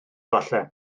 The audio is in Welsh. efallai